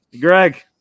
greg